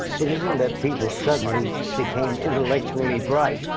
it isn't that people suddenly became intellectually bright.